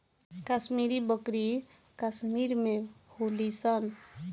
कश्मीरी बकरी कश्मीर में होली सन